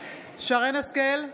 שרן מרים השכל,